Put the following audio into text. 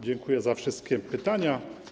Dziękuję za wszystkie pytania.